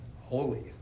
holy